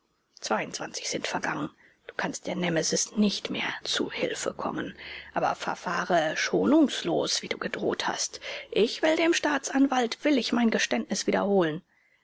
zweiundzwanzig sind vergangen du kannst der nemesis nicht mehr zu hilfe kommen aber verfahre schonungslos wie du gedroht hast ich will dem staatsanwalt willig mein geständnis wiederholen